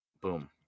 boom